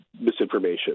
misinformation